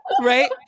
Right